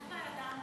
איך לא ידענו?